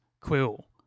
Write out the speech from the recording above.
Quill